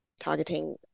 targeting